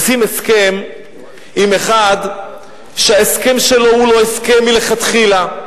עושים הסכם עם אחד שההסכם שלו הוא לא הסכם מלכתחילה,